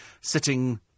sitting